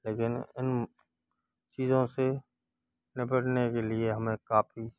लेकिन इन चीज़ों से निपटने के लिए हमें काफ़ी